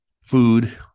food